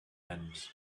ends